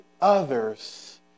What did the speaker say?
others